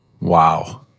Wow